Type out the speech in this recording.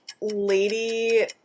Lady